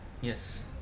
yes